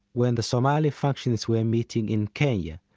when the somali factions were meeting in kenya,